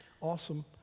awesome